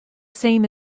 same